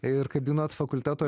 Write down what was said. ir kabinot fakulteto